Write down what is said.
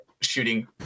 shooting